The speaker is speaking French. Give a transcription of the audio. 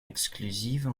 exclusive